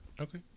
Okay